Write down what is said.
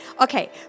Okay